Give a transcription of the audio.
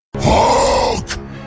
Hulk